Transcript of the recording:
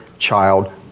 child